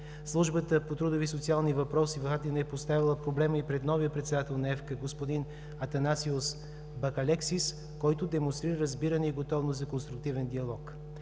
Службата по трудови и социални въпроси в Атина е поставила проблеми и пред новия председател на ФК господин Атанасиос Бакалексис, който демонстрира разбиране и готовност за конструктивен диалог.